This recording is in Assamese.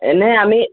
এনে আমি